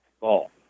Ball